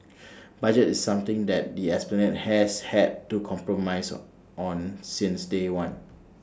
budget is something that the esplanade has had to compromise on since day one